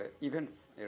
events